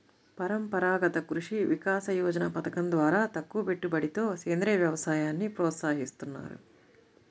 పరంపరాగత కృషి వికాస యోజన పథకం ద్వారా తక్కువపెట్టుబడితో సేంద్రీయ వ్యవసాయాన్ని ప్రోత్సహిస్తున్నారు